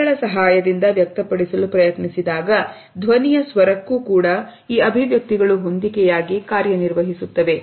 ಪದಗಳ ಸಹಾಯದಿಂದ ವ್ಯಕ್ತಪಡಿಸಲು ಪ್ರಯತ್ನಿಸಿದಾಗ ಧ್ವನಿಯ ಸ್ವರಕ್ಕೂ ಕೂಡ ಈ ಅಭಿವ್ಯಕ್ತಿಗಳು ಹೊಂದಿಕೆಯಾಗಿ ಕಾರ್ಯನಿರ್ವಹಿಸುತ್ತವೆ